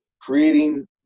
creating